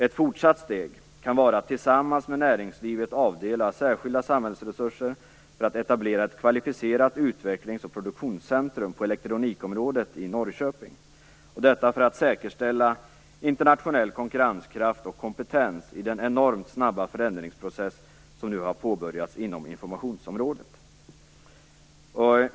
Ett fortsatt steg kan vara att tillsammans med näringslivet avdela särskilda samhällsresurser för att etablera ett kvalificerat utvecklings och produktionscentrum på elektronikområdet i Norrköping, detta för att säkerställa internationell konkurrenskraft och kompetens i den enormt snabba förändringsprocess som nu har påbörjats inom informationsområdet.